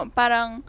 parang